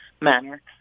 manner